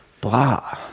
blah